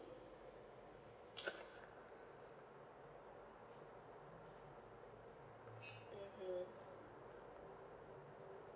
mmhmm